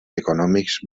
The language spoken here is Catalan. econòmics